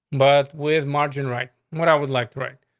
but where's margin, right? what i would like to write.